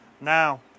now